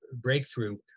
breakthrough